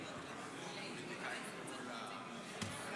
הדרוזית, בושה